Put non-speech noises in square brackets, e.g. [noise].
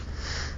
[breath]